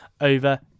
over